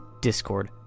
Discord